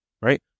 Right